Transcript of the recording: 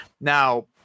Now